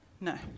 No